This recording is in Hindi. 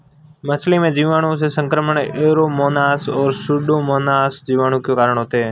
मछली में जीवाणुओं से संक्रमण ऐरोमोनास और सुडोमोनास जीवाणु के कारण होते हैं